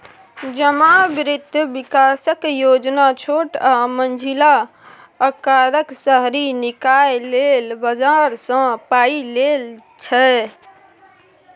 जमा बित्त बिकासक योजना छोट आ मँझिला अकारक शहरी निकाय लेल बजारसँ पाइ लेल छै